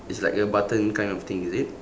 it's like a button kind of thing is it